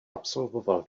absolvoval